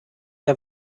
der